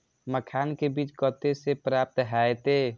मखान के बीज कते से प्राप्त हैते?